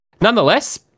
nonetheless